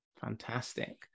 Fantastic